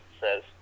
says